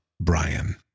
Brian